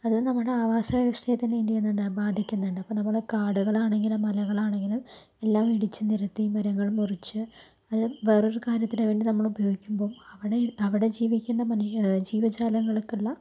അത് നമ്മടെ ആവാസവ്യവസ്ഥയെ തന്നെ എന്ത് ചെയ്യുന്നുണ്ട് ബാധിക്കുന്നുണ്ട് അപ്പൊ നമ്മള് കാടുകളാണെങ്കിലും മലകളാണെങ്കിലും എല്ലാം ഇടിച്ചു നിരത്തി മരങ്ങള് മുറിച്ചു അത് വേറൊരു കാര്യത്തിന് വേണ്ടി നമ്മള് ഉപയോഗിക്കുമ്പോൾ അവിടെ അവിടെ ജീവിക്കുന്ന മനു ജീവജാലങ്ങൾക്കുള്ള